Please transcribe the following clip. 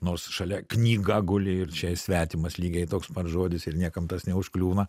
nors šalia knyga guli ir čia svetimas lygiai toks pat žodis ir niekam tas neužkliūna